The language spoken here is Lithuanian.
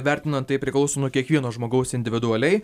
vertinant tai priklauso nuo kiekvieno žmogaus individualiai